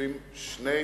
יושבים שני